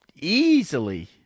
easily